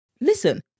Listen